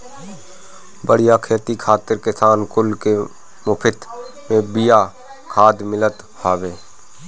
बढ़िया खेती खातिर किसान कुल के मुफत में बिया खाद मिलत हवे